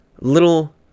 little